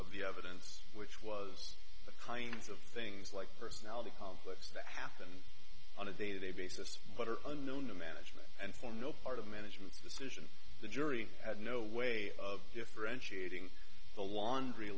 of the evidence which was the kinds of things like personality conflicts that happen on a day to day basis but are unknown to management and for no part of management's decision the jury had no way of differentiating the laundry